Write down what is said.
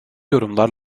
yorumlar